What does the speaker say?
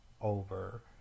over